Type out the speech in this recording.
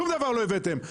שום דבר לא הבאתם.